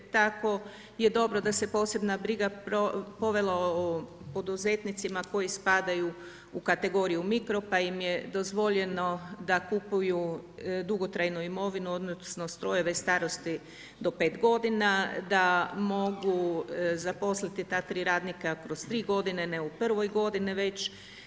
Tako je dobro da se posebna briga povela o poduzetnicima koji spadaju u kategoriju mikro pa im je dozvoljeno da kupuju dugotrajnu imovinu, odnosno strojeve starosti do 5 godina, da mogu zaposliti ta tri radnika kroz tri godine ne u prvoj godini već.